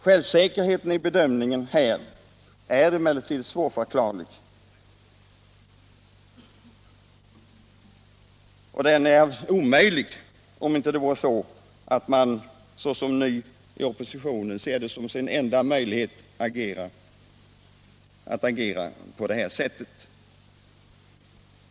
Självsäkerheten i bedömningen är emellertid svårförklarlig. Den kan inte förstås på annat sätt än att man i sin nya ställning som oppositionsparti ser detta som den enda möjligheten att agera.